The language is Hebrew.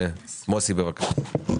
מוסי, בבקשה.